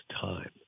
time